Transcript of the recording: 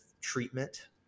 treatment